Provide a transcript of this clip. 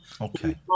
Okay